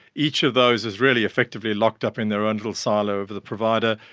each of those is really effectively locked up in their own little silo of the provider.